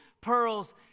pearls